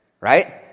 right